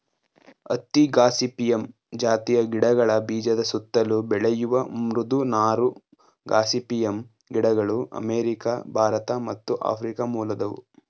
ಹತ್ತಿ ಗಾಸಿಪಿಯಮ್ ಜಾತಿಯ ಗಿಡಗಳ ಬೀಜದ ಸುತ್ತಲು ಬೆಳೆಯುವ ಮೃದು ನಾರು ಗಾಸಿಪಿಯಮ್ ಗಿಡಗಳು ಅಮೇರಿಕ ಭಾರತ ಮತ್ತು ಆಫ್ರಿಕ ಮೂಲದವು